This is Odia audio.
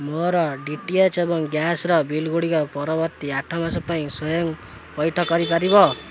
ମୋର ଡି ଟି ଏଚ୍ ଏବଂ ଗ୍ୟାସ୍ର ବିଲ୍ଗୁଡ଼ିକ ପରବର୍ତ୍ତୀ ଆଠ ମାସ ପାଇଁ ସ୍ଵୟଂ ପଇଠ କରିପାରିବ